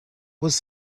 was